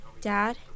Dad